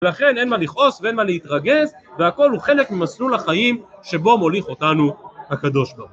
ולכן אין מה לכעוס ואין מה להתרגז והכל הוא חלק ממסלול החיים שבו מוליך אותנו הקדוש ברוך הוא.